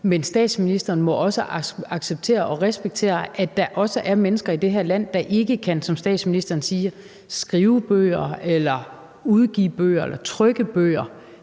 men statsministeren må acceptere og respektere, at der også er mennesker i det her land, der ikke kan, som statsministeren siger, skrive bøger eller udgive bøger eller trykke bøger.